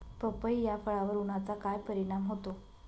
पपई या फळावर उन्हाचा काय परिणाम होतो?